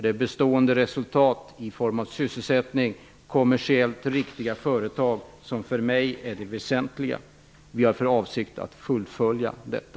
Det bestående resultatet i form av sysselsättning och kommersiellt riktiga företag är det väsentliga för mig. Vi har för avsikt att fullfölja detta.